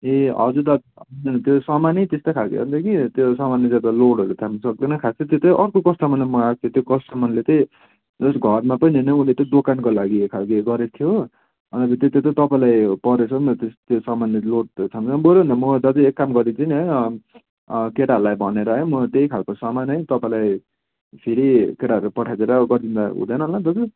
ए हजुर दादा त्यो सामानै त्यस्तै खालके हो नि त कि त्यो सामानले गर्दा लोडहरू थाम्नु सक्दैन खास चाहिँ त्यो चाहिँ अर्को कस्टमरले मगाएको थियो त्यो कस्टमरले चाहिँ घरमा पनि होइन दोकानको लागि खाल्के गरेको थियो हो अनि त्यो चाहिँ तपाईँलाई परेछ नि त त्यो सामानले धेर लोड थाम्दैन बरु भन्दा दाजु म एक काम गरिदिन्छु नि है केटाहरूलाई भनेर है म त्यही खालको सामान है तपाईँलाई फेरि केटाहरू पठाएर गरिदिँदा हुँदैन होला दाजु